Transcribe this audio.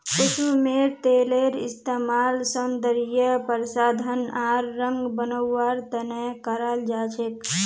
कुसुमेर तेलेर इस्तमाल सौंदर्य प्रसाधन आर रंग बनव्वार त न कराल जा छेक